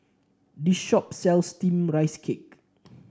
this shop sells steamed Rice Cake